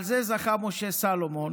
על זה זכה משה סולומון